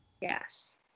yes